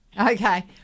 Okay